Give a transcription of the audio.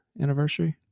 anniversary